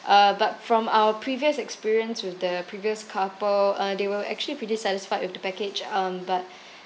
uh but from our previous experience with the previous couple uh they were actually pretty satisfied with the package um but